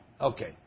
Okay